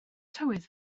tywydd